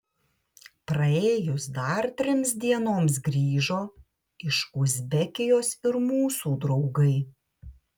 praėjus dar trims dienoms grįžo iš uzbekijos ir mūsų draugai